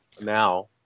now